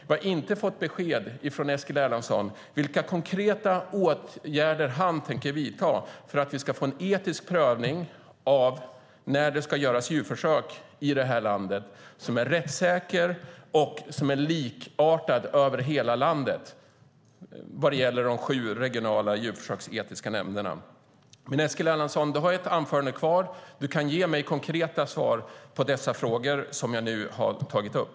Vi har inte fått besked från Eskil Erlandsson vilka konkreta åtgärder han tänker vidta för att vi ska få en etisk prövning av när det ska göras djurförsök i detta land som är rättssäker och likartad över hela landet vad gäller de sju regionala djurförsöksetiska nämnderna. Du har ett anförande kvar, Eskil Erlandsson, och du kan ge mig konkreta svar på dessa frågor som jag nu har tagit upp.